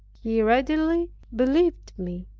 he readily believed me,